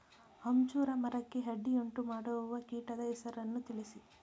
ಅಂಜೂರ ಮರಕ್ಕೆ ಅಡ್ಡಿಯುಂಟುಮಾಡುವ ಕೀಟದ ಹೆಸರನ್ನು ತಿಳಿಸಿ?